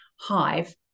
hive